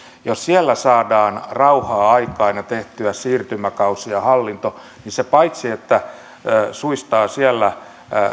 jos siellä saadaan rauha aikaan ja tehtyä siirtymäkausi ja hallinto niin paitsi että se suistaa siellä